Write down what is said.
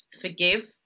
forgive